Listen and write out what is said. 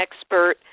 expert